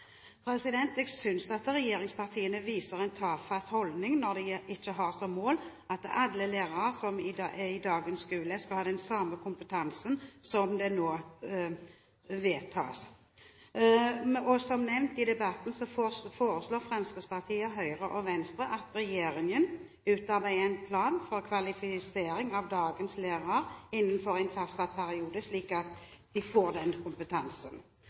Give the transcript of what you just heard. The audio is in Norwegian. Jeg synes at regjeringspartiene viser en tafatt holdning når de ikke har som mål at alle lærere som er i dagens skole, skal ha den samme kompetansen, som det nå vedtas. Som nevnt i debatten, foreslår Fremskrittspartiet, Høyre og Venstre at regjeringen utarbeider en plan for kvalifisering av dagens lærere innenfor en fastsatt periode, slik at de får den kompetansen.